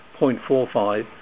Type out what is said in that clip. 0.45